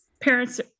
parents